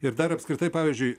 ir dar apskritai pavyzdžiui